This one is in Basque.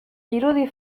irudi